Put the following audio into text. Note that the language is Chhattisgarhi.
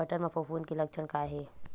बटर म फफूंद के लक्षण का हे?